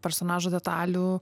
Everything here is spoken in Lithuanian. personažo detalių